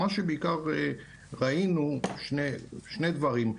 ראינו בעיקר שני דברים.